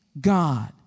God